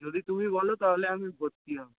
যদি তুমি বলো তাহলে আমি ভর্তি হতাম